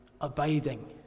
abiding